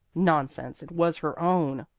nonsense! it was her own.